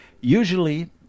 Usually